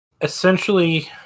essentially